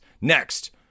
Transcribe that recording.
Next